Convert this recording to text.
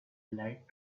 light